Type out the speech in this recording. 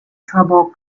trouble